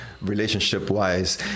relationship-wise